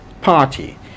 party